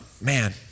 Man